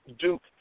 Duke